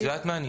את יודעת מה?